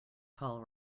tall